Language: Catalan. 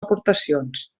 aportacions